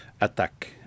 attack